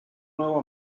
nuevo